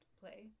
play